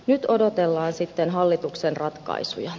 nyt odotellaan sitten hallituksen ratkaisuja